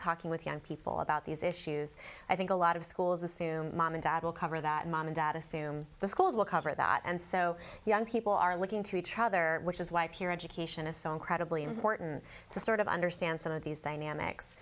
talking with young people about these issues i think a lot of schools assume mom and dad will cover that mom and dad assume the schools will cover that and so young people are looking to each other which is why peer education is so incredibly important to sort of understand some of these dynamics